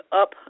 up